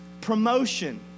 promotion